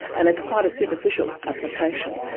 and it's quite a superficial application.